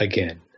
Again